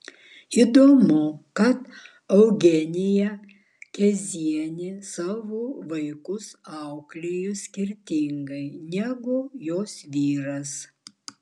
įdomu kad eugenija kezienė savo vaikus auklėjo skirtingai negu jos vyras